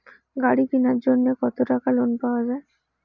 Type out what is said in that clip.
গাড়ি কিনার জন্যে কতো টাকা লোন পাওয়া য়ায়?